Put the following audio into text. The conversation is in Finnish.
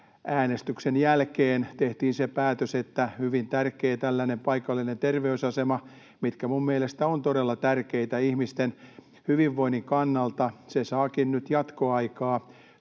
Äänestyksen jälkeen tehtiin se päätös, että hyvin tärkeä tällainen paikallinen terveysasema — mitkä minun mielestäni ovat todella tärkeitä ihmisten hyvinvoinnin kannalta — saakin nyt jatkoaikaa.